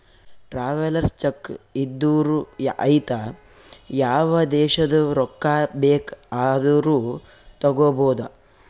travellers cheque ಇದ್ದೂರು ಐಯ್ತ ಯಾವ ದೇಶದು ರೊಕ್ಕಾ ಬೇಕ್ ಆದೂರು ತಗೋಬೋದ